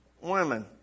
women